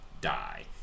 die